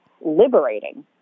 liberating